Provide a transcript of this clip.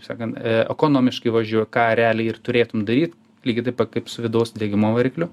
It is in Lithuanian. sakan ekonomiškai važiuoji ką realiai ir turėtum daryt lygiai taip pat kaip su vidaus degimo varikliu